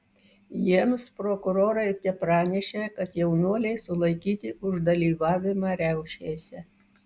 jiems prokurorai tepranešė kad jaunuoliai sulaikyti už dalyvavimą riaušėse